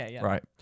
right